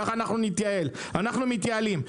כך נתייעל ואנחנו מתייעלים.